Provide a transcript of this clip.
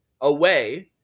away